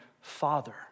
father